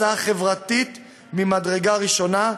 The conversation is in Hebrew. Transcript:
הצעה חברתית ממדרגה ראשונה,